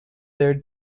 their